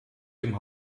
dem